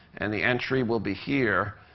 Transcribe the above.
and the entry will be here.